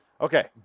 Okay